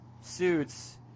suits